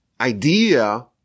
idea